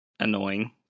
annoying